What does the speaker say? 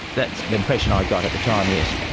that's the impression i got at the time, yes.